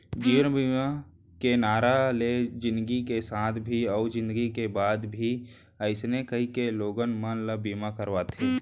जीवन बीमा के नारा हे जिनगी के साथ भी अउ जिनगी के बाद भी अइसन कहिके लोगन मन ल बीमा करवाथे